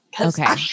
Okay